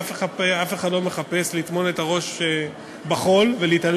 ולכן כרגע מנסים להכניס משמעות לנתונים כדי לחדד את המחקר ולהביא